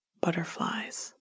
butterflies